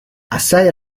assai